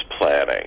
planning